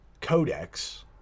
codex